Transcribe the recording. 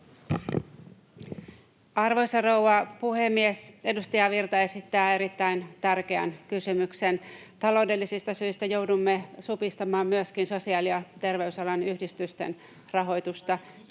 Arvoisa rouva puhemies! Edustaja Virta esittää erittäin tärkeän kysymyksen. — Taloudellisista syistä joudumme supistamaan myöskin sosiaali- ja terveysalan yhdistysten rahoitusta.